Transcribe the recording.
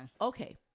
Okay